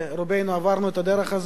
רובנו עברנו את הדרך הזו.